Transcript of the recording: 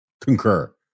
concur